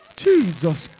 Jesus